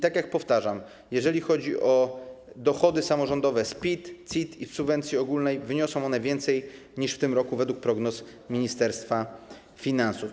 Tak jak powtarzam, jeżeli chodzi o dochody samorządowe z PIT, CIT i subwencji ogólnej, to wyniosą one więcej niż w tym roku według prognoz Ministerstwa Finansów.